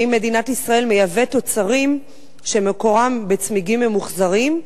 האם מדינת ישראל מייבאת תוצרים שמקורם בצמיגים ממוחזרים?